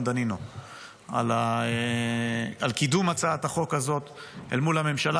דנינו על קידום הצעת החוק הזאת אל מול הממשלה,